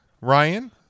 Ryan